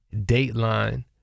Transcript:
Dateline